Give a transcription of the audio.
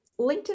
LinkedIn